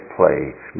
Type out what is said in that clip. place